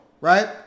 right